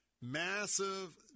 Massive